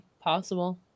Possible